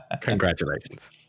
congratulations